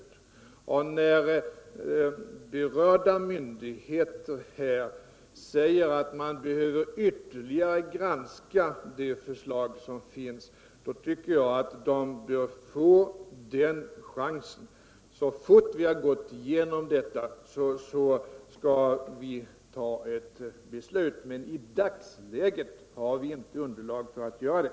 När berörda myndigheter här säger att de behöver ytterligare granska det förslag som finns, tycker jag att de bör få den chansen. Så snart vi har gått igenom alla aspekter skall vi fatta ett beslut, men i dagsläget har vi inte underlag för att göra det.